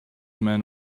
man